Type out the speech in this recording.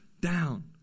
down